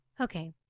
Okay